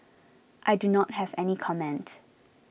I do not have any comment